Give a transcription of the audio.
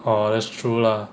orh that's true lah